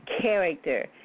character